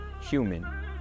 human